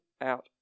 out